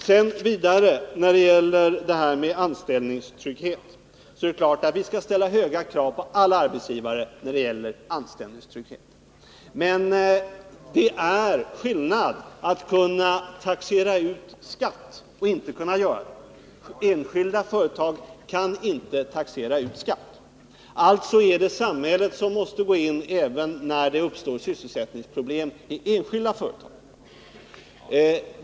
Jag vill vidare framhålla att vi i frågan om anställningstryggheten självfallet skall ställa höga krav på alla arbetsgivare. Men det är en skillnad mellan arbetsgivare som kan taxera ut skatt och sådana som inte kan det. Enskilda företag kan inte taxera ut skatt, och därför måste samhället gå in när det uppstår sysselsättningsproblem i enskilda företag.